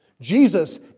Jesus